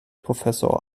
professor